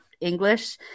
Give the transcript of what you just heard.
English